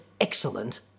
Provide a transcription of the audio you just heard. excellent